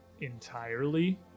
entirely